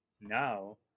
now